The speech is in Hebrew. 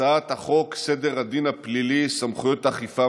בהצעת חוק סדר הדין הפלילי (סמכויות אכיפה,